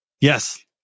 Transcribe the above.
Yes